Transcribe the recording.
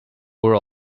were